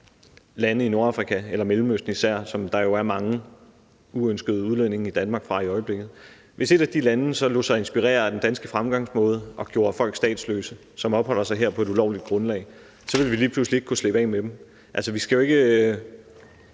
land i Nordafrika eller især Mellemøsten, som der jo er mange uønskede udlændinge fra i Danmark i øjeblikket, lod sig inspirere af den danske fremgangsmåde og gjorde folk, som opholder sig her på et ulovligt grundlag, statsløse, så ville vi lige pludselig ikke kunne slippe af med dem. Vi skal jo ikke